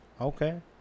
Okay